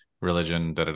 religion